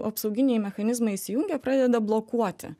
apsauginiai mechanizmai įsijungia pradeda blokuoti